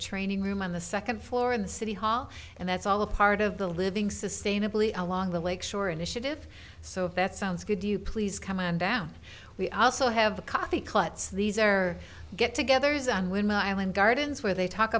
training room on the second floor in the city hall and that's all a part of the living sustainably along the lake shore initiative so that sounds good to you please come on down we also have a coffee klutz these are get togethers and when my island gardens where they talk